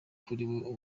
kuri